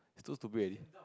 too stupid already